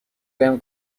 بهم